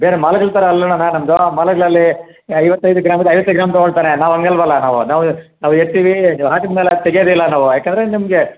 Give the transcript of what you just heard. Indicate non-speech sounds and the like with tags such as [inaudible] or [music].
ಬೇರೆ ಮಾಲ್ಗಳ ಥರ ಅಲ್ಲಣ್ಣ ನಮ್ಮದು ಮಾಲ್ಗಳಲ್ಲಿ ಐವತ್ತೈದು ಗ್ರಾಮಿದ್ದು ಐವತ್ತೈದು ಗ್ರಾಮ್ ತಗೊಳ್ತಾರೆ ನಾವು ಹಂಗಲ್ವಲ್ಲ ನಾವು ನಾವು ನಾವು [unintelligible] ನೀವು ಹಾಕಿದ ಮೇಲೆ ಹಾಕಿ ತೆಗ್ಯೋದೇ ಇಲ್ಲ ನಾವು ಯಾಕಂದರೆ ನಿಮಗೆ